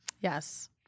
Yes